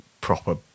proper